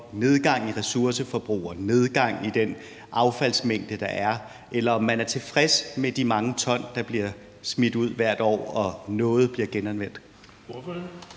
nedgang i ressourceforbrug og nedgang i den affaldsmængde, der er, altså om man er tilfreds med de mange ton, der bliver smidt ud hvert år, og at noget bliver genanvendt.